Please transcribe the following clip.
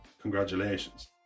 Congratulations